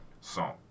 song